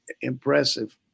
Impressive